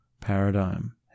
paradigm